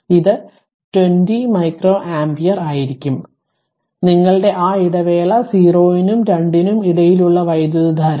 ഇത് 20 micro ampere ആയിരിക്കും നിങ്ങളുടെ ആ ഇടവേള 0 നും 2 നും ഇടയിലുള്ള വൈദ്യുതധാര